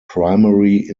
primary